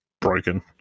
broken